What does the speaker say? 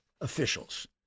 officials